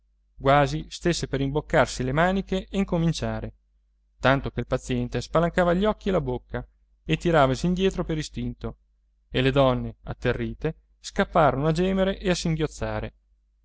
quasi stesse per rimboccarsi le maniche e incominciare tanto che il paziente spalancava gli occhi e la bocca e tiravasi indietro per istinto e le donne atterrite scapparono a gemere e a singhiozzare